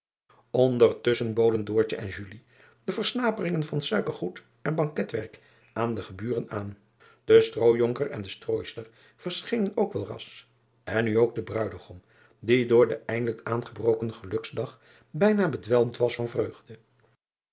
ndertusschen boden en de versnaperingen van suikergoed en banketwerk aan de geburen aan e strooijonker en de strooister verschenen ook wel driaan oosjes zn et leven van aurits ijnslager ras en nu ook de ruidegom die door den eindelijk aangebroken geluksdag bijna bedwelmd was van vreugde